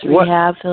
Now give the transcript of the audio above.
Rehab